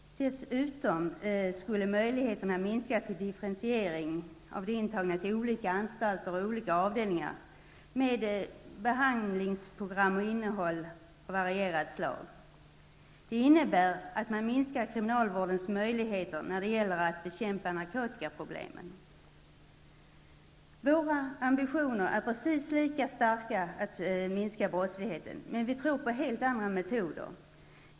Dessutom skulle möjligheterna minska till differentiering av de intagna till olika anstalter och avdelningar med olika behandlingsprogram och innehåll. Det innebär att man minskar kriminalvårdens möjligheter när det gäller att bekämpa narkotikaproblemen. Våra ambitioner är precis lika starka att minska brottsligheten, men vi tror på helt andra metoder.